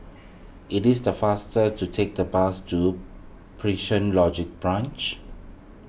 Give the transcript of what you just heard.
it is the faster to take the bus to Prison Logistic Branch